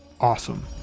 awesome